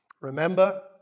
Remember